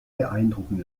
beeindrucken